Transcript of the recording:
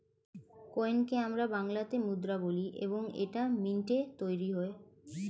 কয়েনকে আমরা বাংলাতে মুদ্রা বলি এবং এইটা মিন্টে তৈরী হয়